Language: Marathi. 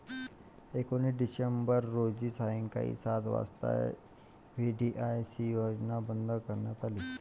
एकोणीस डिसेंबर रोजी सायंकाळी सात वाजता व्ही.डी.आय.सी योजना बंद करण्यात आली